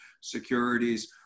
securities